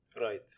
Right